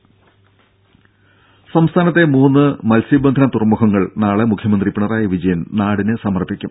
ടെട സംസ്ഥാനത്തെ മൂന്ന് മത്സ്യബന്ധന തുറമുഖങ്ങൾ നാളെ മുഖ്യമന്ത്രി പിണറായി വിജയൻ നാടിന് സമർപ്പിക്കും